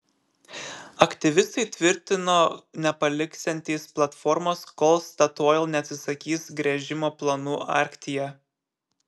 aktyvistai tvirtino nepaliksiantys platformos kol statoil neatsisakys gręžimo planų arktyje